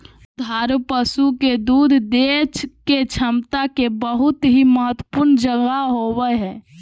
दुधारू पशु के दूध देय के क्षमता के बहुत ही महत्वपूर्ण जगह होबय हइ